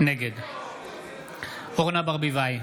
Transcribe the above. נגד אורנה ברביבאי,